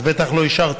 אז בטח לא אישרתי.